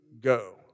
go